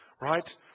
Right